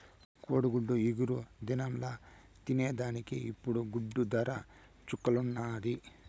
కోడిగుడ్డు ఇగురు దినంల తినేదానికి ఇప్పుడు గుడ్డు దర చుక్కల్లున్నాది